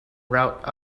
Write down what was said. wrought